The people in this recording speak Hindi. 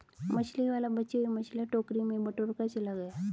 मछली वाला बची हुई मछलियां टोकरी में बटोरकर चला गया